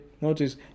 Notice